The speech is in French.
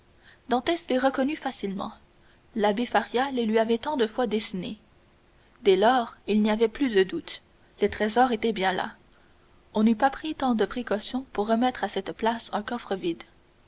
les reconnut facilement l'abbé faria les lui avait tant de fois dessinées dès lors il n'y avait plus de doute le trésor était bien là on n'eût pas pris tant de précautions pour remettre à cette place un coffre vide